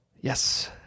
Yes